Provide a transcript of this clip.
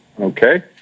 okay